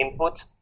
inputs